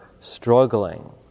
struggling